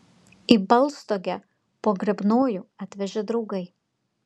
į baltstogę pogrebnojų atvežė draugai